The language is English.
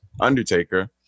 Undertaker